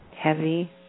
heavy